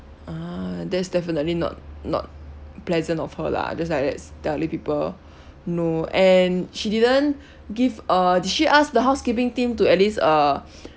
ah that's definitely not not pleasant of her lah just like that telling people no and she didn't give a did she ask the housekeeping team to at least uh